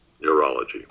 neurology